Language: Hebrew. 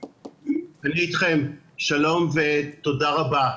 שלום ותודה רבה.